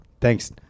Thanks